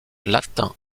latin